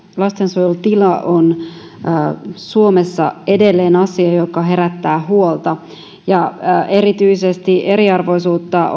lastensuojelun tila on suomessa edelleen asia joka herättää huolta ja eriarvoisuutta